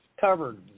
covered